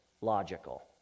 logical